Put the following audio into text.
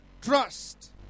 trust